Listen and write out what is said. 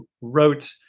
wrote